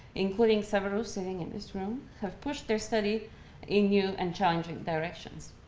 including several sitting in this room, have pushed their study in new and challenging directions.